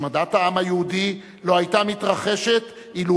השמדת העם היהודי לא היתה מתרחשת אילו